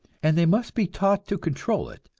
and they must be taught to control it,